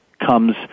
Comes